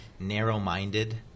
narrow-minded